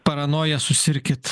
paranoja susirkit